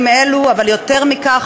אבל יותר מכך,